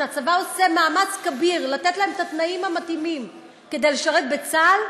שהצבא עושה מאמץ כביר לתת להם את התנאים המתאימים לשרת בצה"ל,